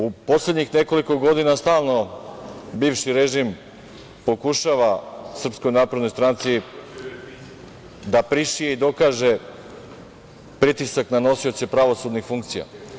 U poslednjih nekoliko godina stalno bivši režim pokušava SNS da prišije i dokaže pritisak na nosioce pravosudnih funkcija.